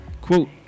Quote